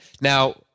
now